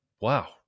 wow